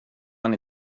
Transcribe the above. man